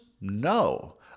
No